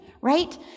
Right